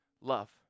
Love